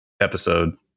episode